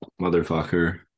motherfucker